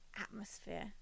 atmosphere